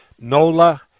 Nola